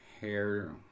hair